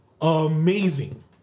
amazing